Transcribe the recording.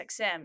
XM